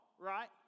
right